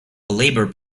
labour